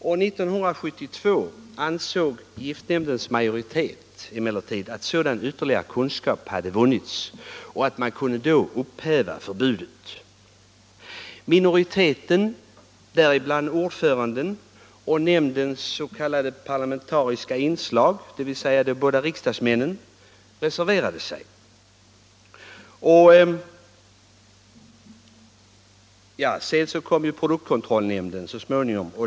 År 1972 ansåg giftnämndens majoritet emellertid att sådan ytterligare kunskap hade vunnits och att man då kunde upphäva förbudet. Minoriteten, däribland ordföranden och nämndens s.k. parlamentariska inslag, dvs. de båda riksdagsmännen, reserverade sig. Sedan kom produktkontrollnämnden så småningom.